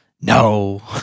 no